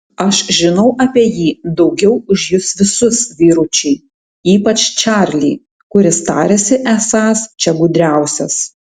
aš žinau apie jį daugiau už jus visus vyručiai ypač čarlį kuris tariasi esąs čia gudriausias